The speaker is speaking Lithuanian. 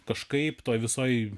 kažkaip toj visoj